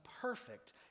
perfect